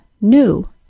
new